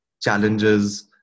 challenges